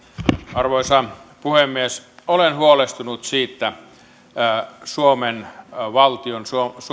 arvoisa puhemies olen huolestunut suomen valtion